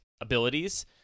abilities